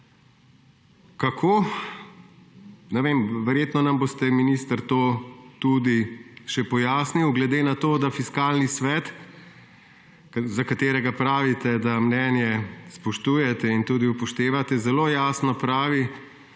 vem, verjetno nam boste, minister, to tudi še pojasnili glede na to, da Fiskalni svet, katerega mnenje, pravite, spoštujete in tudi upoštevate, zelo jasno pravi,